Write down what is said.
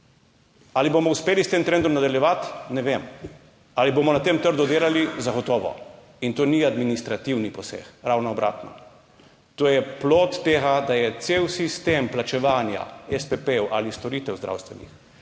Ali bomo uspeli s tem trendom nadaljevati? Ne vem. Ali bomo na tem trgu delali? Zagotovo. In to ni administrativni poseg, ravno obratno. To je plod tega, da je cel sistem plačevanja spp ali storitev zdravstvenih